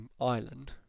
island